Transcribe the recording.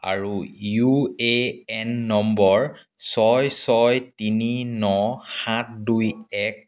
আৰু U A N নম্বৰ ছয় ছয় তিনি ন সাত দুই এক